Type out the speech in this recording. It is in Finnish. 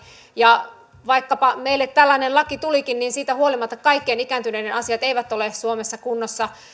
ja vaikkapa meille tällainen laki tulikin niin siitä huolimatta kaikkien ikääntyneiden asiat eivät ole suomessa kunnossa